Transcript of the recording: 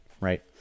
right